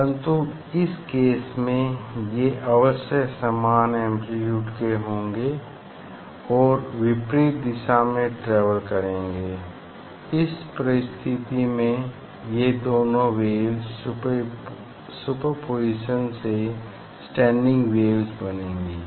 परन्तु इस केस में ये अवश्य समान एम्प्लीट्यूड के होंगे और विपरीत दिशा में ट्रेवल करेंगे इस परिस्थिति में ये दोनों वेव्स सुपरपोज़िशन से स्टैंडिंग वेव्स बनाएंगी